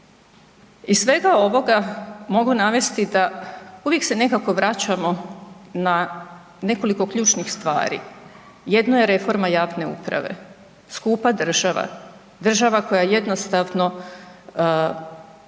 Iz svega ovoga mogu navesti da uvijek se nekako vraćamo na nekoliko ključnih stvari. Jedno je reforma javne uprave, skupa država, država koja jednostavno previše